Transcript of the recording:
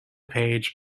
page